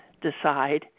decide